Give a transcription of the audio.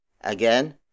Again